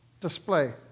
display